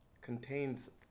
contains